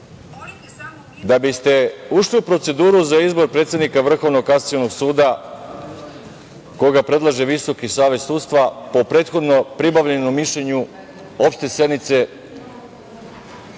Da biste ušli u proceduru za izbor predsednika Vrhovnog kasacionog suda koga predlaže Visoki savet sudstva po prethodno pribavljenom mišljenju opšte sednice